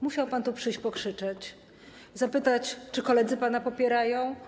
Musiał pan tu przyjść pokrzyczeć, zapytać, czy koledzy pana popierają.